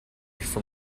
from